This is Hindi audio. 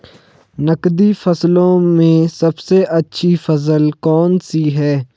नकदी फसलों में सबसे अच्छी फसल कौन सी है?